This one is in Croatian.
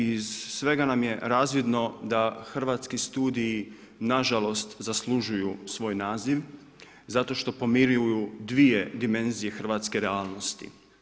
Iz svega nam je razvidno, da hrvatski studiji nažalost zaslužuju svoj naziv, zato što podmiruju 2 dimenzije hrvatske realnosti.